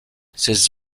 ses